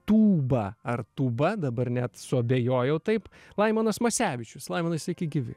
tūba ar tūba dabar net suabejojau taip laimonas masevičius laimonai sveiki gyvi